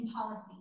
policy